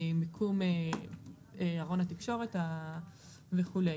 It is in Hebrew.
מיקום ארון התקשורת וכו'.